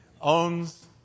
owns